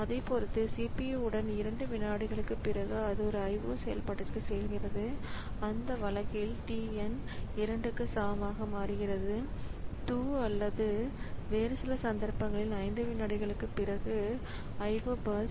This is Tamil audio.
அதைப் பொருத்து CPU உடன் இரண்டு விநாடிகளுக்கு பிறகு அது ஒரு IO செயல்பாட்டிற்குச் செல்கிறது அந்த வழக்கில் t n 2 இக்கு சமமாக மாறுகிறது 2 அல்லது வேறு சில சந்தர்ப்பங்களில் 5 விநாடிகளுக்கு பிறகு IO பர்ஸ்ட்